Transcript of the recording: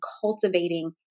cultivating